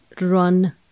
run